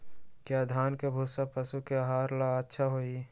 या धान के भूसा पशु के आहार ला अच्छा होई?